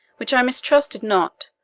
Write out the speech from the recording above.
which i mistrusted not.